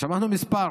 ושמענו מספר: